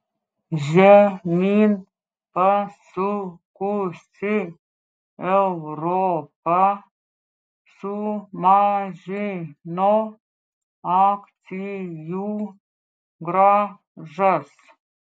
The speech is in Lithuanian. žemyn pasukusi europa sumažino akcijų grąžas